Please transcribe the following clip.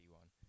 one